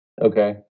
Okay